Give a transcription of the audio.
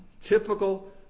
typical